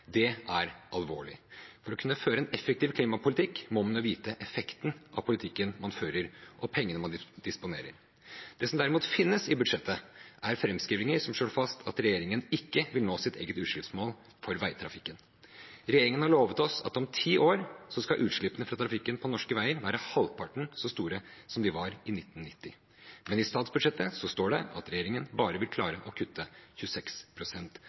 Det er alvorlig. For å kunne føre en effektiv klimapolitikk, må man vite effekten av politikken man fører, og pengene man disponerer. Når det gjelder det som derimot finnes i budsjettet, slår framskrivinger fast at regjeringen ikke vil nå sitt eget utslippsmål for veitrafikken. Regjeringen har lovet oss at om ti år skal utslippene fra trafikken på norske veier være halvparten så store som de var i 1990. Men i statsbudsjettet står det at regjeringen bare vil klare å kutte